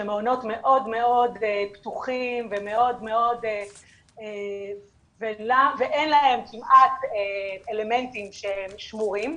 שהם מעונות מאוד מאוד פתוחים ואין להם כמעט אלמנטים שהם שמורים,